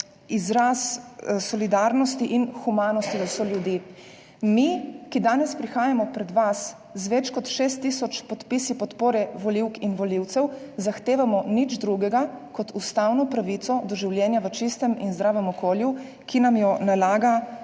izraz solidarnosti in humanosti do soljudi. Mi, ki danes prihajamo pred vas z več kot 6 tisoč podpisi podpore volivk in volivcev, zahtevamo nič drugega kot ustavno pravico do življenja v čistem in zdravem okolju, ki nam jo v